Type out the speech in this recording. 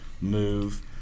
move